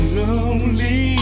lonely